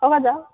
ছয় হাজার